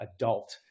adult